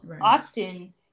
often